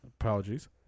apologies